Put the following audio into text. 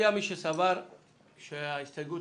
אני אצביע על ההסתייגות